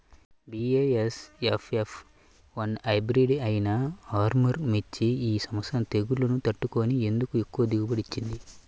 BASF F one hybrid అయినా ఆర్ముర్ మిర్చి ఈ సంవత్సరం తెగుళ్లును తట్టుకొని ఎందుకు ఎక్కువ దిగుబడి ఇచ్చింది?